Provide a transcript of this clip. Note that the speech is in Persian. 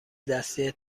دستی